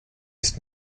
ist